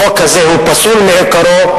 החוק הזה פסול מעיקרו,